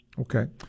Okay